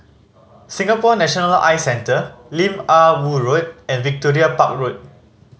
Singapore National Eye Centre Lim Ah Woo Road and Victoria Park Road